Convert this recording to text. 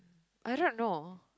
I don't know